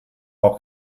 auch